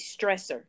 stressor